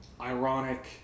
ironic